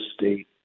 state